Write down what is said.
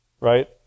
right